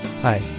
Hi